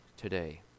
today